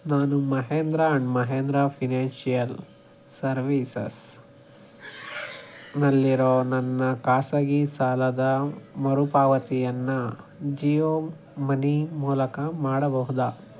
ನಾನು Mahindra and Mahindra financial services ನಲ್ಲಿರೋ ನನ್ನ ಖಾಸಗಿ ಸಾಲದ ಮರುಪಾವತಿಯನ್ನು ಜಿಯೋ ಮನಿ ಮೂಲಕ ಮಾಡಬಹುದಾ